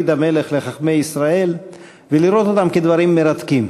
המלך לחכמי ישראל ולראות אותם כדברים מרתקים.